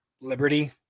Liberty